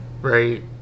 Right